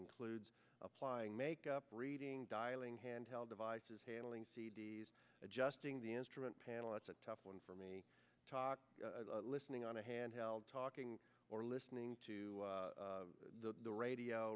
includes applying makeup reading dialing handheld devices handling c d s adjusting the instrument panel it's a tough one for me talk listening on a handheld talking or listening to the radio